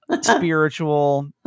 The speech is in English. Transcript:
spiritual